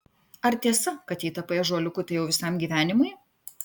ar tiesa kad jeigu tapai ąžuoliuku tai jau visam gyvenimui